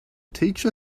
teacher